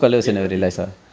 எப்ப:eppa paint பண்ண:panna